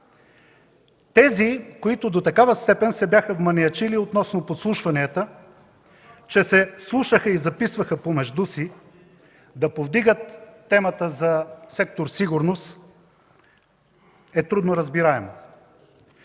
Тези, които до такава степен се бяха вманиачили относно подслушванията, че се слушаха и записваха помежду си, да повдигат темата за сектор „Сигурност”, е трудно разбираемо.